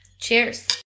Cheers